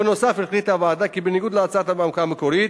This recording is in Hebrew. בנוסף החליטה הוועדה כי בניגוד להצעה המקורית,